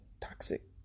toxic